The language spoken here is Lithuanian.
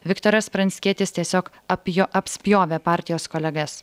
viktoras pranckietis tiesiog apjo apspjovė partijos kolegas